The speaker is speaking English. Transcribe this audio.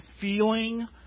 feeling